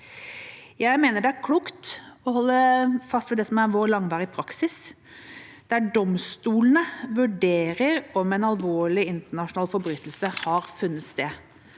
Jeg mener det er klokt å holde fast ved det som er vår langvarige praksis, der domstolene vurderer om en alvorlig internasjonal forbrytelse har funnet sted.